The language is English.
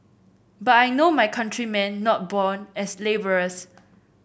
but I know my countrymen not born as labourers